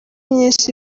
nyinshi